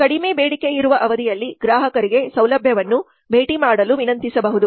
ಕಡಿಮೆ ಬೇಡಿಕೆಯಿರುವ ಅವಧಿಯಲ್ಲಿ ಗ್ರಾಹಕರಿಗೆ ಸೌಲಭ್ಯವನ್ನು ಭೇಟಿ ಮಾಡಲು ವಿನಂತಿಸಬಹುದು